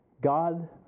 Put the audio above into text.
God